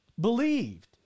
believed